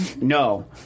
no